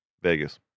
Vegas